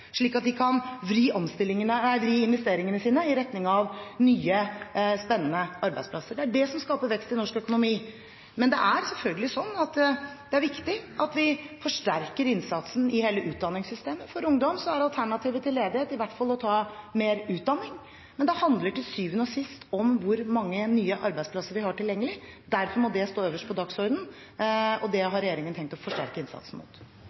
slik at de kan vri investeringene sine i retning av nye, spennende arbeidsplasser. Det er det som skaper vekst i norsk økonomi. Men det er selvfølgelig viktig at vi forsterker innsatsen i hele utdanningssystemet. For ungdom er alternativet til ledighet i hvert fall å ta mer utdanning. Men det handler til syvende og sist om hvor mange nye arbeidsplasser vi har tilgjengelig. Derfor må det stå øverst på dagsordenen, og det har regjeringen tenkt å forsterke innsatsen mot.